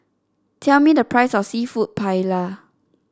tell me the price of seafood Paella